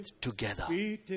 together